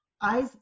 Eyes